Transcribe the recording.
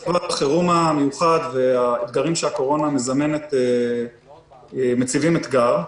מצב החירום המיוחד והאתגרים שהקורונה מזמנת מציבים אתגר.